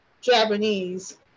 Japanese